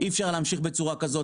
אי אפשר המשיך בצורה כזאת.